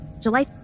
July